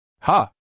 Ha